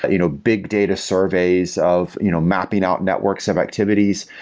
ah you know big data surveys of you know mapping out networks of activities.